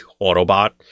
Autobot